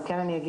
אבל אני כן אגיד